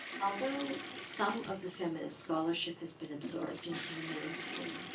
although some of the feminist scholarship has been absorbed into the mainstream,